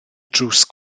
drws